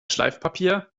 schleifpapier